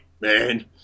man